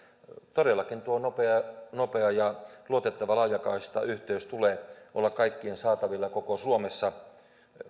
todellakin tuo nopea nopea ja luotettava laajakaistayhteys tulee olla kaikkien saatavilla koko suomessa